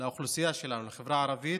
לאוכלוסייה שלנו, לחברה הערבית.